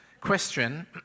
Question